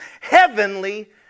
heavenly